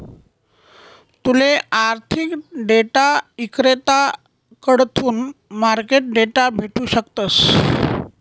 तूले आर्थिक डेटा इक्रेताकडथून मार्केट डेटा भेटू शकस